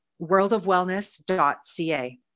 worldofwellness.ca